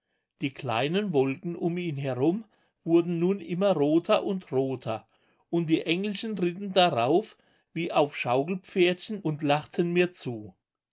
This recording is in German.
die kleinen wolken um ihn herum wurden nun immer roter und roter und die engelchen ritten darauf wie auf schaukelpferdchen und lachten mir zu